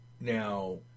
Now